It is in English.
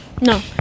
No